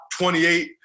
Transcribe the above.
28